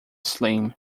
slim